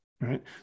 right